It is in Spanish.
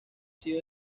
sido